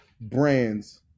brands